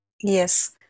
Yes